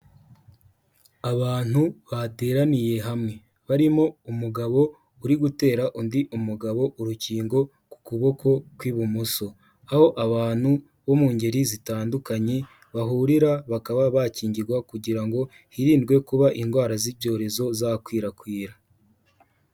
Abantu bateraniye hamwe, barimo umugabo uri gutera undi umugabo urukingo ku kuboko kw'ibumoso; aho abantu bo mu ngeri zitandukanye bahurira bakaba bakingirwa; kugira ngo hirindwe kuba indwara z'ibyorezo zakwirakwira.